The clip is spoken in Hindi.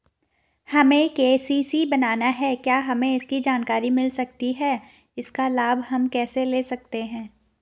हमें के.सी.सी बनाना है क्या हमें इसकी जानकारी मिल सकती है इसका लाभ हम कैसे ले सकते हैं?